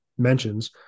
mentions